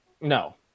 No